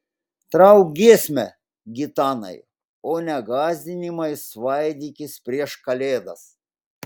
trauk giesmę gitanai o ne gąsdinimais svaidykis prieš kalėdas